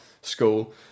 school